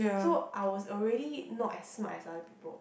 so I was already not as smart as other people